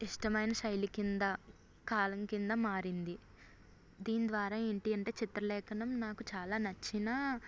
ఇష్టమైన శైలి కింద కాలం కింద మారింది దీని ద్వారా ఏంటి అంటే చిత్రలేఖనం నాకు చాలా నచ్చిన